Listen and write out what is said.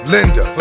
Linda